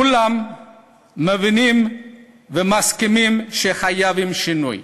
כולם מבינים ומסכימים שחייבים שינוי,